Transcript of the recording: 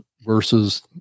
versus